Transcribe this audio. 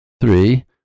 Three